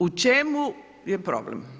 U čemu je problem?